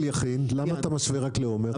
למה אתה משווה רק לעומר?